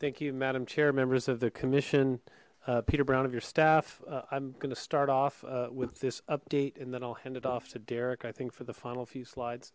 thank you madam chair members of the commission peter brown of your staff i'm gonna start off with this update and then i'll hand it off to derek i think for the final few slides